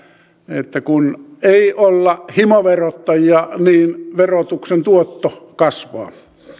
että kun ei olla himoverottajia niin verotuksen tuotto kasvaa